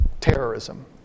terrorism